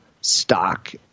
stock